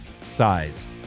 size